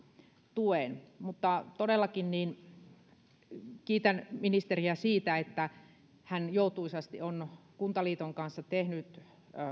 tuen todellakin kiitän ministeriä siitä että hän joutuisasti on kuntaliiton kanssa tehnyt